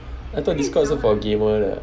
I thought Discord 是 for gamer 的